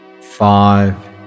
Five